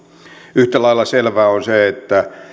yhtä lailla selvää on se että